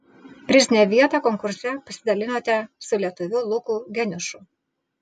prizinę vietą konkurse pasidalinote su lietuviu luku geniušu